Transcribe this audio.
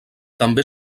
també